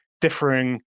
differing